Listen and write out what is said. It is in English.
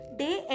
day